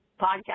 podcast